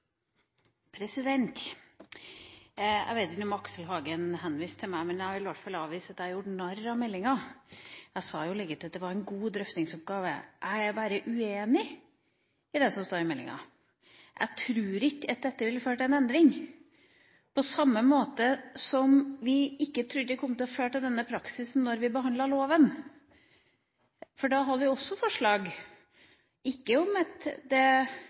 sak. Jeg vet ikke om Aksel Hagen henviste til meg, men jeg vil i hvert fall avvise at jeg har gjort narr av meldinga. Jeg sa jo at det var en god drøftingsoppgave. Jeg er bare uenig i det som står i meldinga. Jeg tror ikke at dette vil føre til en endring, på samme måte som vi ikke trodde det kom til å føre til denne praksisen, da vi behandlet loven. For da hadde vi også forslag, men ikke om